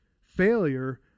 Failure